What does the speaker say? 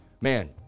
man